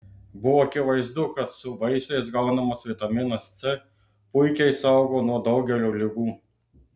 buvo akivaizdu kad su vaisiais gaunamas vitaminas c puikiai saugo nuo daugelio ligų